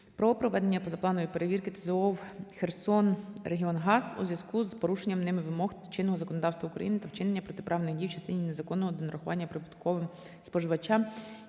про проведення позапланової перевірки ТзОВ "Херсонрегіонгаз" у зв'язку з порушення ними вимог чинного законодавства України та вчинення протиправних дій в частині незаконного донарахування побутовим споживачам,